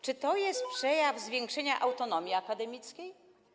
Czy to jest przejaw zwiększenia autonomii akademickiej?